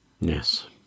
Yes